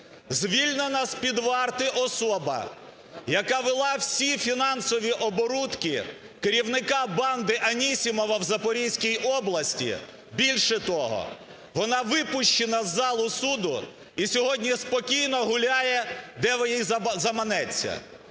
звільнена з-під варти особа, яка вела всі фінансові оборудки керівника банди Анісімова в Запорізькій області. Більше того, вона випущена з залу суду і сьогодні спокійно гуляє, де їй заманеться.